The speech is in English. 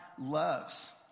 loves